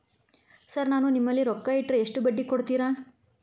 Sir ನಾನು ನಿಮ್ಮಲ್ಲಿ ರೊಕ್ಕ ಇಟ್ಟರ ಎಷ್ಟು ಬಡ್ಡಿ ಕೊಡುತೇರಾ?